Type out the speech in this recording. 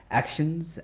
actions